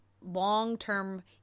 long-term